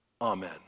Amen